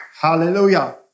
Hallelujah